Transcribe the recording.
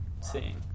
seeing